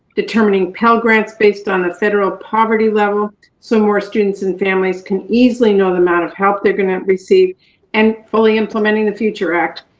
determining pell grants based on the federal poverty level so more students and families can easily know the amount of help they're going to receive and fully implementing the future act.